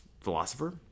philosopher